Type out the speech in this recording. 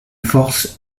forces